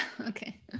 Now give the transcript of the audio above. okay